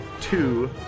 Two